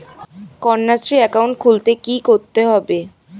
Kanyashree account খুলতে কী করতে হবে?